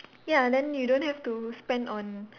ya and then you don't have to spend on